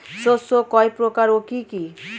শস্য কয় প্রকার কি কি?